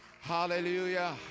Hallelujah